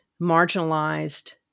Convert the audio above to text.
marginalized